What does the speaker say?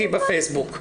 פייסבוק.